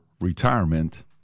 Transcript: retirement